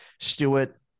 Stewart